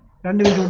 knew